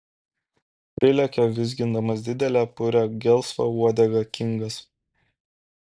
prilekia vizgindamas didelę purią gelsvą uodegą kingas